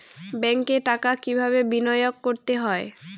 ব্যাংকে টাকা কিভাবে বিনোয়োগ করতে হয়?